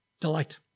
delight